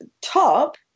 top